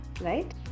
right